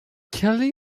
kelly